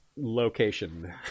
location